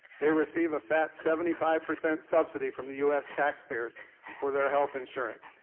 they receive a fat seventy five percent subsidy from the u s. taxpayers for their health insurance.